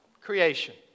Creation